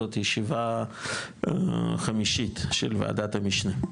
זאת ישיבה חמישית של וועדת המשנה.